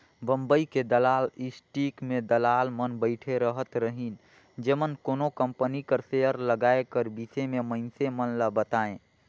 बंबई के दलाल स्टीक में दलाल मन बइठे रहत रहिन जेमन कोनो कंपनी कर सेयर लगाए कर बिसे में मइनसे मन ल बतांए